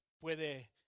puede